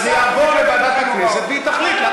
אז זה יעבור לוועדת הכנסת והיא תחליט.